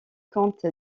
compte